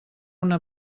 una